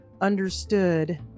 understood